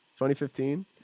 2015